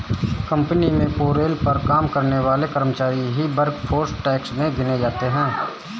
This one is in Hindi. कंपनी में पेरोल पर काम करने वाले कर्मचारी ही वर्कफोर्स टैक्स में गिने जाते है